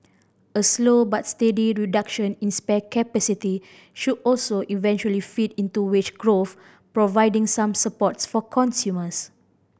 a slow but steady reduction in spare capacity should also eventually feed into wage growth providing some supports for consumers